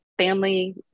family